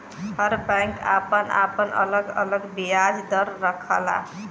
हर bank आपन आपन अलग अलग बियाज दर रखला